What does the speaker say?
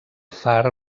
far